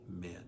men